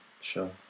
Sure